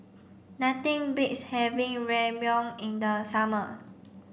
nothing beats having Ramyeon in the summer